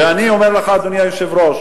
ואני אומר לך, אדוני היושב-ראש,